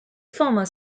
former